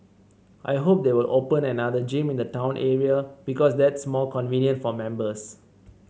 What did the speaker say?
I hope they will open another gym in the town area because that's more convenient for members